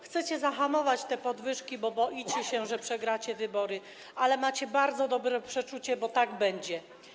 Chcecie zahamować te podwyżki, bo boicie się, że przegracie wybory, ale macie bardzo dobre przeczucie, bo tak będzie.